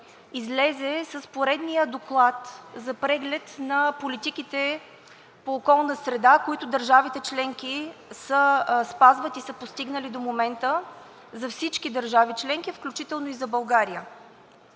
излезе с поредния доклад за преглед на политиките по околна среда, които държавите членки спазват и са постигнали до момента – за всички държави членки, включително и за България.